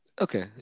okay